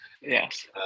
yes